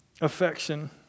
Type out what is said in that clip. affection